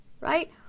right